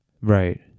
Right